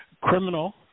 criminal